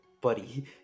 buddy